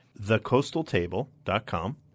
thecoastaltable.com